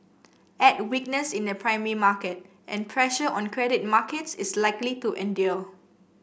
add weakness in the primary market and pressure on credit markets is likely to endure